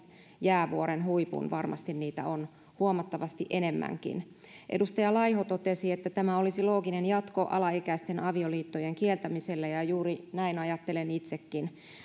jäävuoren huipun varmasti niitä on huomattavasti enemmänkin edustaja laiho totesi että tämä olisi looginen jatko alaikäisten avioliittojen kieltämiselle ja ja juuri näin ajattelen itsekin